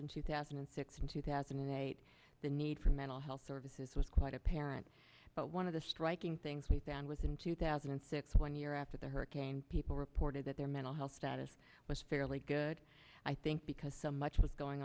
in two thousand and six and two thousand and eight the need for mental health services was quite apparent but one of the striking things we found was in two thousand and six one year after the hurricane people reported that their mental health that is fairly good i think because so much was going